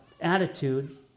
attitude